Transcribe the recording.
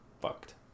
fucked